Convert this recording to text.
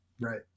Right